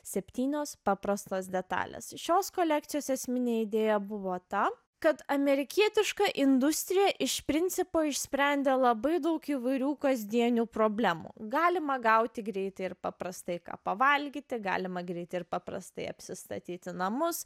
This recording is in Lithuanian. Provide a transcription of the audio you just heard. septynios paprastos detalės šios kolekcijos esminė idėja buvo ta kad amerikietiška industrija iš principo išsprendė labai daug įvairių kasdienių problemų galima gauti greitai ir paprastai ką pavalgyti galima greit ir paprastai apsistatyti namus